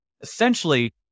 essentially